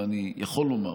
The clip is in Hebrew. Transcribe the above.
ואני יכול לומר,